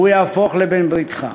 והוא יהפוך לבן-בריתך.